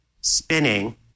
spinning